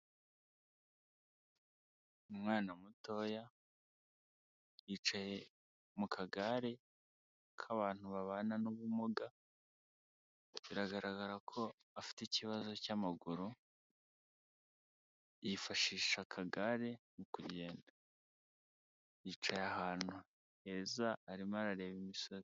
Umwana mutoya yicaye mu kagare k'abantu babana n'ubumuga biragaragara ko afite ikibazo cy'amaguru, yifashisha akagare mu kugenda, yicaye ahantu heza arimo arareba imisozi.